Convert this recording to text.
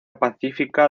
pacífica